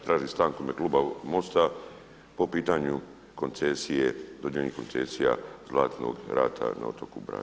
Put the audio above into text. Tražim stanku u ime kluba MOST-a po pitanju koncesije, dodijeljenih koncesija Zlatnog rata na otoku Braču.